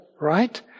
right